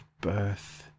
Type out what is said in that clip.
birth